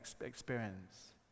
experience